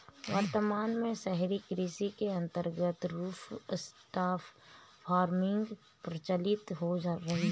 वर्तमान में शहरी कृषि के अंतर्गत रूफटॉप फार्मिंग प्रचलित हो रही है